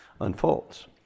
unfolds